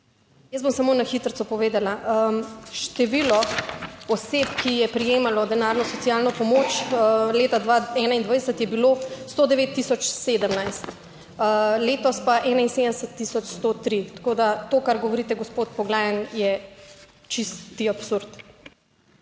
Jaz bom samo na hitrico povedala. Število oseb, ki je prejemalo denarno socialno pomoč leta 2021 je bilo 109 tisoč 17, letos pa 71 tisoč 103. Tako da to, kar govorite, gospod Poglajen, je čisti absurd.